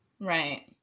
Right